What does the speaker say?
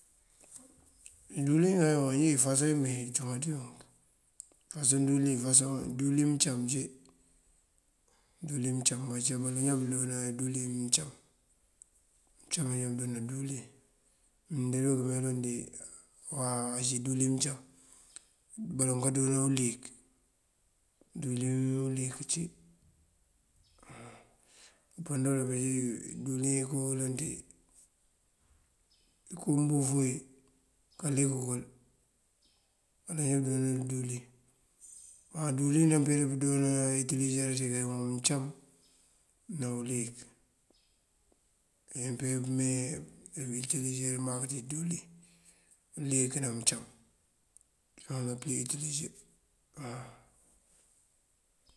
Díwëlin ifasoŋ iyímee cumaţ unk ifasoŋ. Díwëlin ifasoŋ díwëlin mëcam ací, díwëlin mëncam aci, baloŋ ajá bundoonan díwëlin mëcam. Mëncam ajá bundoonan díwëlin mëndee dul këmee waw ací díwëlin mëcam. Baloŋ kandoona uliyëk díwëlin uliyëk ací. Mëmpën dël díwëlin unkoloŋ tí inko koomboof wí kalik kël balon ja bundoona yël díwëlin. Má díwëlin ndapee pëwitëlizira ţí de mom mëcam ná uliyëk, yulyi peyun pëmee buwutilizira mak dí díwëlin uliyëk ná mëncam dí bapedun pëwutilizir waw.